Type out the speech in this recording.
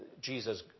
Jesus